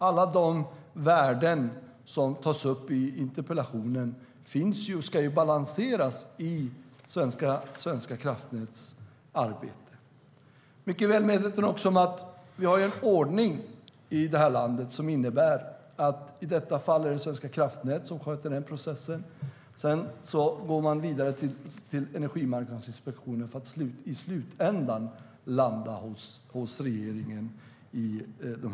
Alla värden som tas upp i interpellationen finns och ska balanseras i Svenska kraftnäts arbete. Han är också väl medveten om att vi i det här landet har en ordning som i de här ärendena innebär att det i detta fall är Svenska kraftnät som sköter processen. Sedan går man vidare till Energimarknadsinspektionen för att i slutändan landa hos regeringen.